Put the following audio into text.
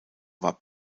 war